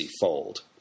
fold